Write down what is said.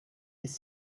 this